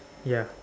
ya